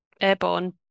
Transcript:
airborne